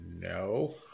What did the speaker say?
No